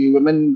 Women